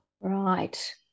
Right